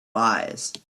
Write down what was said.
wise